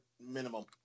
minimum